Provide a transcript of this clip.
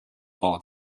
ball